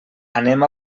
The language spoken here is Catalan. anem